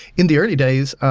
in the early days,